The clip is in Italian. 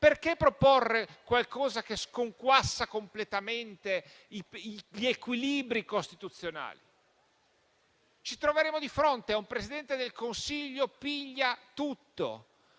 Perché proporre qualcosa che sconquassa completamente gli equilibri costituzionali? Ci troveremo di fronte a un Presidente del Consiglio pigliatutto,